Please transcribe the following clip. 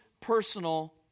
personal